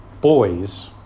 boys